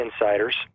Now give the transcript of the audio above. insiders